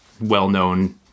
well-known